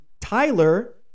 Tyler